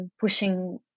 pushing